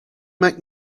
make